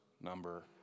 number